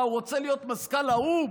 מה, הוא רוצה להיות מזכ"ל האו"ם?